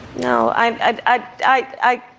no i'm i'm ah i i